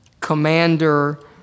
commander